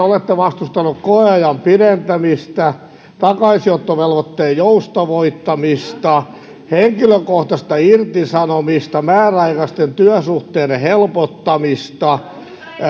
olette vastustaneet koeajan pidentämistä takaisinottovelvoitteen joustavoittamista henkilökohtaista irtisanomista määräaikaisten työsuhteiden helpottamista